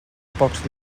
pocs